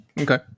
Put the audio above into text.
Okay